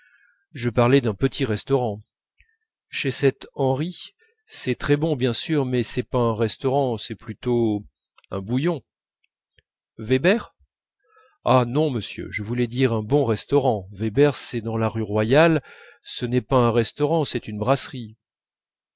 je parlais d'un petit restaurant chez cet henry c'est très bon bien sûr mais c'est pas un restaurant c'est plutôt un bouillon weber ah non monsieur je voulais dire un bon restaurant weber c'est dans la rue royale ce n'est pas un restaurant c'est une brasserie